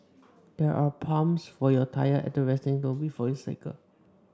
there are pumps for your tyre at the resting zone before you cycle